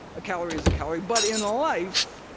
a calorie is a calorie, but in life,